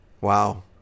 Wow